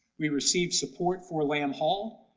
we received support for lamb hall.